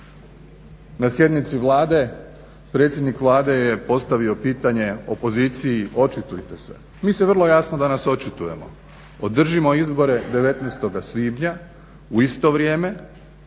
Na sjednici Vlade predsjednik Vlade je postavio pitanje opoziciji očitujte se. Mi se vrlo jasno danas očitujemo, održimo izbore 19. svibnja u isto vrijeme